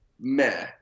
meh